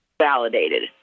validated